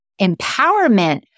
empowerment